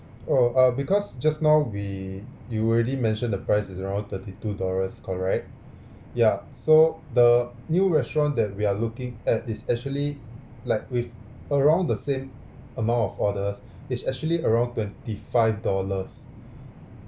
oh uh because just now we you already mentioned the price is around thirty two dollars correct yeah so the new restaurant that we are looking at is actually like with around the same amount of orders is actually around twenty five dollars